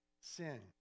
sin